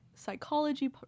psychology